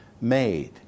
made